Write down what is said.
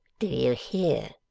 do you hear